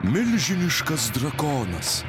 milžiniškas drakonas